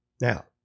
Now